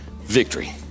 victory